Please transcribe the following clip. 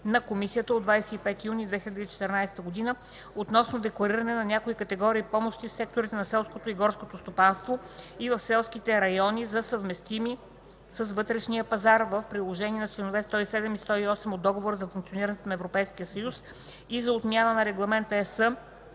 на Комисията от 25 юни 2014 г. относно деклариране на някои категории помощи в секторите на селското и горското стопанство и в селските райони за съвместими с вътрешния пазар в приложение на членове 107 и 108 от Договора за функционирането на Европейския съюз и за отмяна на Регламент (ЕС)